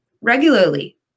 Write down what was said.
regularly